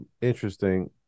interesting